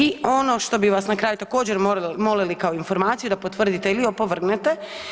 I ono što bi vas na kraju također molili kao informaciju, da potvrdite ili opovrgnete.